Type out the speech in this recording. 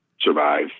survive